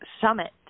Summit